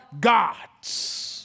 God's